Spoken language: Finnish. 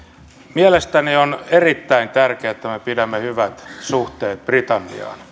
mielestäni on erittäin tärkeää että me pidämme hyvät suhteet britanniaan